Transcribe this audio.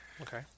Okay